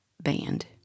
band